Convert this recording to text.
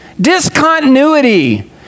discontinuity